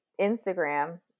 instagram